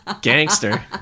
Gangster